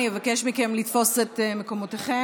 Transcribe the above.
אני אבקש מכם לתפוס את מקומותיכם.